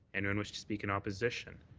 anyone wish to speak in opposition.